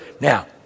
Now